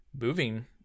moving